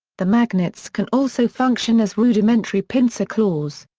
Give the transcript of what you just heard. the magnets can also function as rudimentary pincer claws.